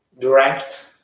direct